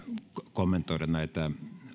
kommentoida näitä